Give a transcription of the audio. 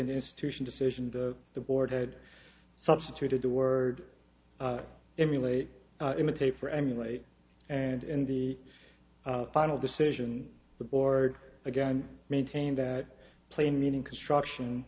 an institution decision the the board had substituted the word emulate imitate for emulate and in the final decision the board again maintained that plain meaning construction